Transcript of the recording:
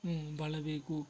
ಹ್ಞೂ ಬಾಳಬೇಕು